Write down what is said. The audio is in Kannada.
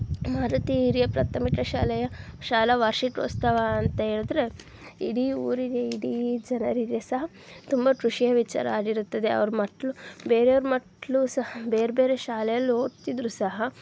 ಮಾರುತಿ ಹಿರಿಯ ಪ್ರಾಥಮಿಕ ಶಾಲೆಯ ಶಾಲಾ ವಾರ್ಷಿಕೋತ್ಸವ ಅಂತ ಹೇಳದ್ರೆ ಇಡೀ ಊರಿಗೆ ಇಡೀ ಜನರಿಗೆ ಸಹ ತುಂಬ ಖುಷಿಯ ವಿಚಾರ ಆಗಿರುತ್ತದೆ ಅವ್ರ ಮಕ್ಕಳು ಬೇರೆಯವ್ರ ಮಕ್ಕಳು ಸಹ ಬೇರೆ ಬೇರೆ ಶಾಲೆಯಲ್ಲಿ ಓದ್ತಿದ್ದರೂ ಸಹ